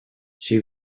she